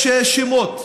יש שמות,